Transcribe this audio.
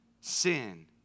sin